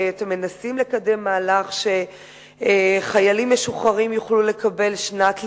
אתם מנסים לקדם מהלך שחיילים משוחררים יוכלו לקבל שנת לימודים,